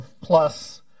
plus